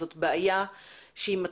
זאת בעיה שמתחילה